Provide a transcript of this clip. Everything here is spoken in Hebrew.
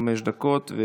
חמש דקות.